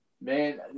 Man